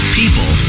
people